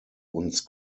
uns